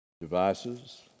devices